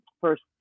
first